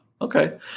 Okay